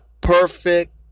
perfect